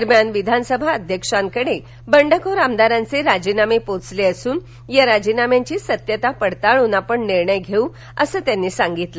दरम्यान विधानसभा अध्यक्षांकडे बंडखोर आमदारांचे राजीनामे पोचले असून या राजीनाम्यांची सत्यता पडताळून आपण निर्णय घेऊ असं रमेश कुमार यांनी सांगितलं